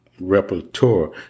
repertoire